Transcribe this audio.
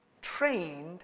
trained